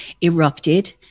erupted